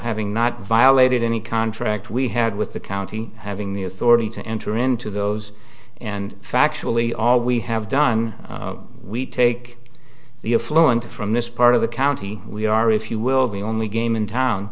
having not violated any contract we had with the county having the authority to enter into those and factually all we have done we take the affluent from this part of the county we are if you will the only game in town